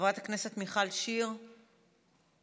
חברת הכנסת מיכל שיר, בבקשה.